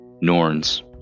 Norns